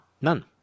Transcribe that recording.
None